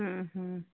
ହଁଁ ହଁ